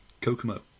Kokomo